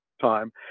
time